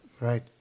right